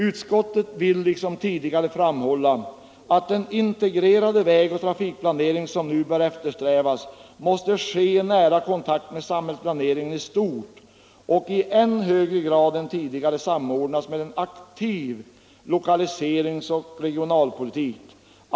Utskottet vill ”liksom tidigare framhålla att den integrerade vägoch trafikplanering som nu bör eftersträvas måste ske i nära kontakt med samhällsplaneringen i stort och i än högre grad än tidigare samordnas med en aktiv lokaliseringsoch regionalpolitik.